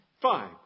Fine